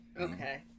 Okay